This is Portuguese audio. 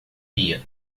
dia